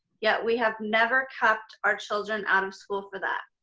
yet we have never kept our children out of school for that.